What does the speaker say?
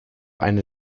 eine